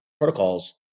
protocols